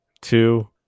two